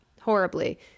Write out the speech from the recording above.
horribly